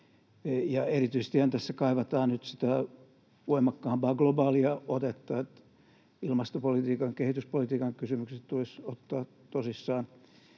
erityisesti tässähän kaivataan nyt sitä voimakkaampaa globaalia otetta. Ilmastopolitiikan, kehityspolitiikan, kysymykset tulisi ottaa tosissaan